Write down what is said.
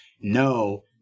no